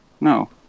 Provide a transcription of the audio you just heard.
No